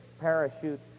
parachute